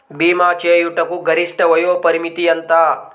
భీమా చేయుటకు గరిష్ట వయోపరిమితి ఎంత?